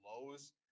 lows